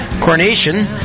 Coronation